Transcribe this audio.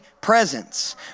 presence